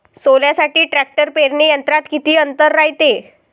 सोल्यासाठी ट्रॅक्टर पेरणी यंत्रात किती अंतर रायते?